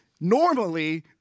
normally